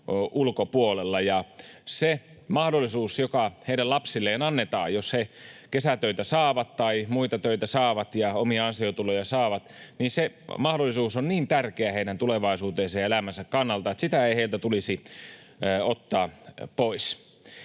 Se mahdollisuus, joka heidän lapsilleen annetaan, jos nämä kesätöitä tai muita töitä saavat ja omia ansiotuloja saavat, on niin tärkeä näiden tulevaisuuden ja elämän kannalta, että sitä ei näiltä tulisi ottaa pois.